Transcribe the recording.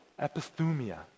Epithumia